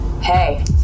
Hey